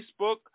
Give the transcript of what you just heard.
Facebook